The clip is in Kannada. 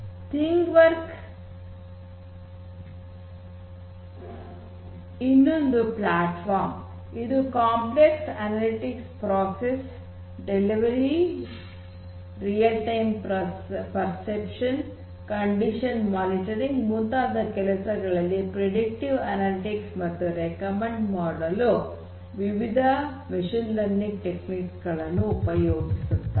ಥಿಂಗ್ವರ್ಸ್ ಇನ್ನೊಂದು ಪ್ಲಾಟ್ಫಾರ್ಮ್ ಇದು complex analytical process delivery real time perception condition monitoring ಮುಂತಾದ ಕೆಲಸಗಳಲ್ಲಿ ಪ್ರೆಡಿಕ್ಟಿವ್ ಅನಲಿಟಿಕ್ಸ್ ಮತ್ತು ರೆಕಮೆಂಡ್ ಮಾಡಲು ವಿವಿಧ ಮಷೀನ್ ಲರ್ನಿಂಗ್ ಟೆಕ್ನಿಕ್ಸ್ ಗಳನ್ನು ಉಪಯೋಗಿಸುತ್ತದೆ